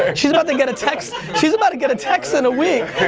and she's about to get a text, she's about to get a text in a week,